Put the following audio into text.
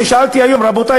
כששאלתי היום: רבותי,